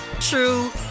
true